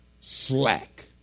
slack